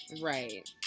Right